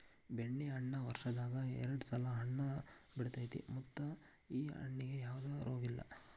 ಬೆಣ್ಣೆಹಣ್ಣ ವರ್ಷದಾಗ ಎರ್ಡ್ ಸಲಾ ಹಣ್ಣ ಬಿಡತೈತಿ ಮತ್ತ ಈ ಹಣ್ಣಿಗೆ ಯಾವ್ದ ರೋಗಿಲ್ಲ